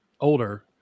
older